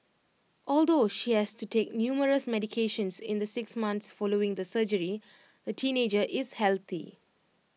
although she has to take numerous medications in the six months following the surgery the teenager is healthy